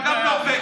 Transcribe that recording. אתה גם נורבגי,